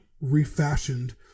refashioned